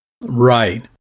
Right